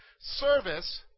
service